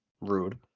Rude